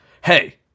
Hey